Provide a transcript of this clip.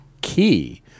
key